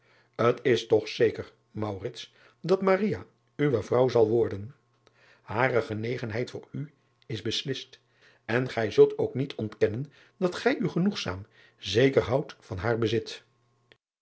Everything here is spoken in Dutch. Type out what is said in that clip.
t s toch zeker dat uwe vrouw zal worden are genegenheid voor u is beslist en gij zult ook niet ontkennen dat gij u genoegzaam zeker houdt van haar bezit